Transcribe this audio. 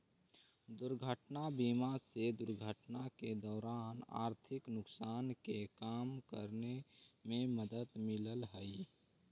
दुर्घटना बीमा से दुर्घटना के दौरान आर्थिक नुकसान के कम करे में मदद मिलऽ हई